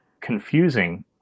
confusing